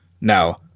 Now